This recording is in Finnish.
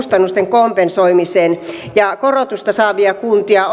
kustannusten kompensoimiseen ja korotusta saavia kuntia